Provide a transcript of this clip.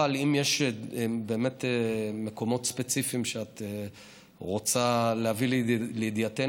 אבל אם יש באמת מקומות ספציפיים שאת רוצה להביא לידיעתנו,